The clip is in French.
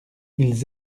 ils